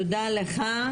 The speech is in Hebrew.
תודה לך.